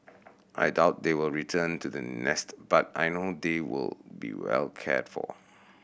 I doubt they will return to the nest but I know they will be well cared for